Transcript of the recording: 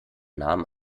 namen